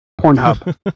Pornhub